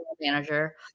manager